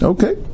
Okay